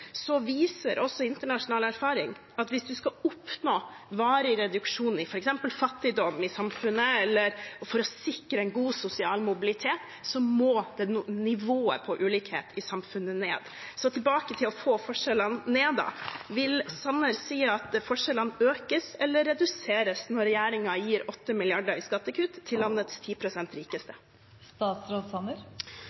viser også internasjonal erfaring at hvis en skal oppnå varig reduksjon i f.eks. fattigdom i samfunnet, eller sikre en god sosial mobilitet, må nivået på ulikhet i samfunnet ned. Så tilbake til å få forskjellene ned: Vil Sanner si at forskjellene økes eller reduseres når regjeringen gir 8 mrd. kr i skattekutt til landets 10 pst. rikeste?